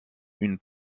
une